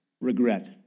regret